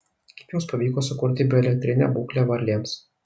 kaip jums pavyko sukurti bioelektrinę būklę varlėms